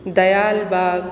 Dayalbagh